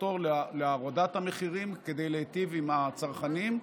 לחתור להורדת המחירים כדי להיטיב עם הצרכנים,